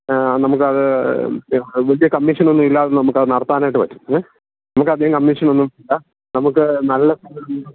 ആ നമുക്കത് പുതിയ കമ്മീഷനൊന്നും ഇല്ലാതെ നമുക്കത് നടത്താനായിട്ട് പറ്റും ഏ നമുക്ക് അധികം കമ്മിഷനൊന്നും ഇല്ല നമുക്ക് നല്ല